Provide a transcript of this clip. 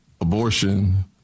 abortion